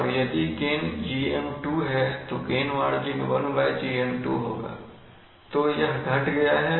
तो यदि gain GM2 है तो गेन मार्जिन 1GM2 होगा तो यह घट गया है